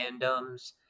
fandoms